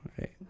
right